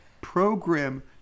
program